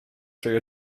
trwy